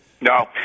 No